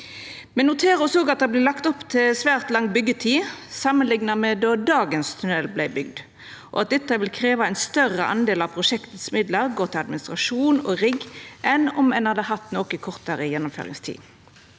Me noterer oss også at det vert lagt opp til svært lang byggjetid samanlikna med då dagens tunell vart bygd, og at dette vil krevja at ein større del av prosjektmidlane går til administrasjon og rigg enn om ein hadde hatt ei noko kortare gjennomføringstid.